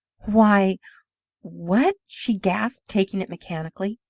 why what! she gasped, taking it mechanically.